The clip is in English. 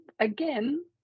Again